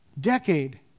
Decade